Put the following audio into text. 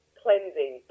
cleansing